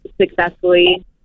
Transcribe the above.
successfully